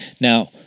Now